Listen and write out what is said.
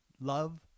love